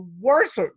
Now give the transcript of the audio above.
worse